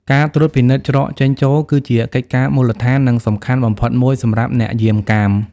ការត្រួតពិនិត្យច្រកចេញចូល គឺជាកិច្ចការមូលដ្ឋាន និងសំខាន់បំផុតមួយសម្រាប់អ្នកយាមកាម។